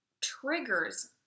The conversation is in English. triggers